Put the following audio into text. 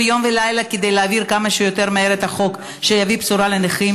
יום ולילה כדי להעביר כמה שיותר מהר את החוק שיביא בשורה לנכים,